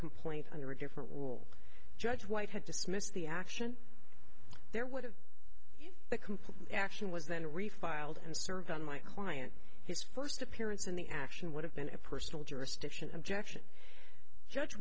complaint under a different rule judge white had dismissed the action there would have the complete action was then refiled and served on my client his first appearance in the action would have been a personal jurisdiction objection judge